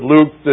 Luke